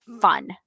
fun